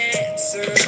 answer